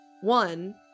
One